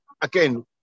Again